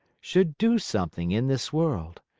should do something in this world.